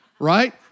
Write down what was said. Right